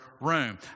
room